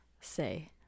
say